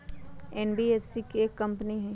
NBFC एक company हई?